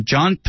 John